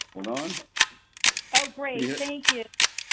hold on. oh, great. thank you.